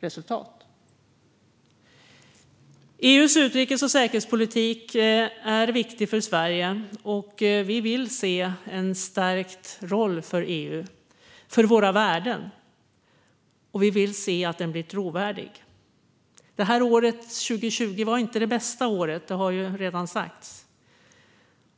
resultat. EU:s utrikes och säkerhetspolitik är viktig för Sverige. Vi vill se en stärkt roll för EU, för våra värden, och vi vill se att den blir trovärdig. Det här året, 2020, var inte det bästa året. Det har redan sagts.